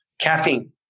caffeine